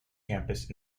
campus